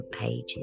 pages